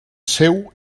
seu